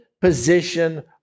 position